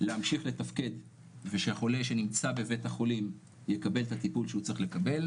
להמשיך לתפקד ושהחולה שנמצא בבית החולים יקבל את הטיפול שהוא צריך לקבל.